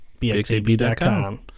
bxab.com